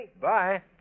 Bye